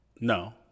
No